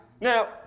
Now